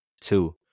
Two